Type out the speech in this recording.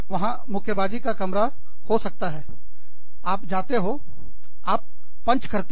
वहां मुक्केबाज़ी का कमरा पंचिंग रूम हो सकता है आप जाते हो आप पंच करते हो